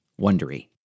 wondery